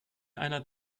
einer